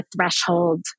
threshold